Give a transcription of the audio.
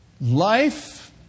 Life